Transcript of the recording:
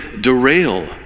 derail